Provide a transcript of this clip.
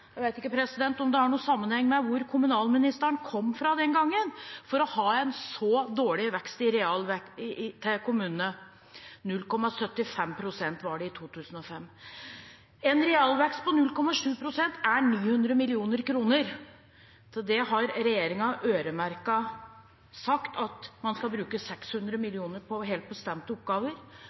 jeg vet ikke om det har noen sammenheng med hvor kommunalministeren kom fra den gangen – for å ha en så dårlig realvekst for kommunene. Den var på 0,75 pst. i 2005. En realvekst på 0,7 pst. er 900 mill. kr. Av dem har regjeringen sagt at man skal bruke 600 mill. kr på helt bestemte oppgaver,